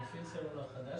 מפיץ סלולר חדש,